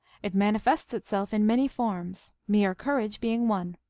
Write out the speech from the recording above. it mani fests itself in many forms, mere courage being one.